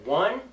one